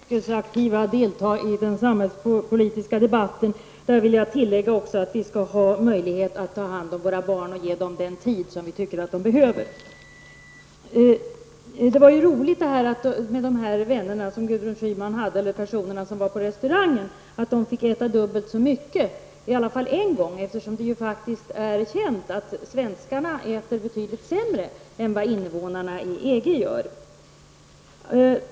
Herr talman! Jag instämmer helt med Gudrun Schyman i att vi både skall vara yrkesaktiva och delta i den samhällspolitiska debatten. Jag vill tillägga att vi också skall ha möjlighet att ta hand om våra barn och ge dem den tid som vi tycker att de behöver. Det var ju roligt att de personer som Gudrun Schyman nämnde och som var på restaurang fick äta dubbelt så mycket en gång i alla fall. Det är faktiskt känt att svenskarna äter betydligt sämre än invånarna i EG.